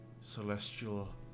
celestial